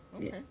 Okay